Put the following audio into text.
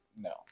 no